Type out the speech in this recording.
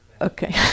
Okay